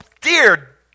dear